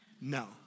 No